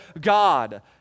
God